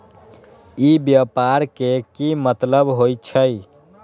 ई व्यापार के की मतलब होई छई?